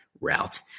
route